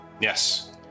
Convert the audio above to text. Yes